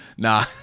Nah